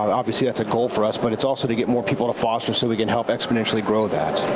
obviously that's a goal for us. but it's also to get more people to foster so we can help grow that.